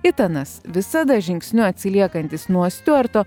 itanas visada žingsniu atsiliekantis nuo stiuarto